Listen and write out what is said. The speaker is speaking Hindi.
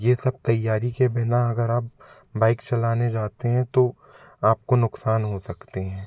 ये सब तैयारी के बिना अगर आप बाइक चलाने जाते हैं तो आपको नुकसान हो सकते हैं